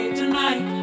tonight